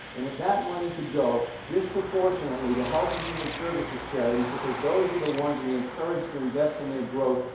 and if that money could go disproportionately to health and human services charities, because those were the ones we encouraged to invest in their growth,